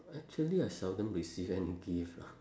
actually I seldom receive any gift lah